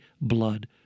blood